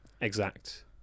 exact